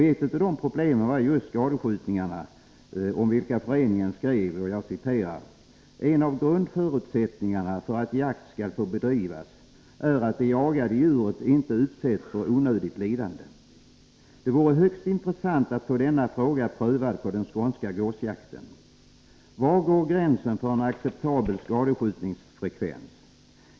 Ett av problemen var just skadskjutningarna, om vilka föreningen skrev: En av grundförutsättningarna för att jakt skall få bedrivas är att det jagade djuret inte utsätts för onödigt lidande. Det vore högst intressant att få denna fråga prövad på den skånska gåsjakten. Var går gränsen för en acceptabel skadskjutningsfrekvens?